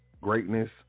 greatness